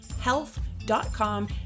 health.com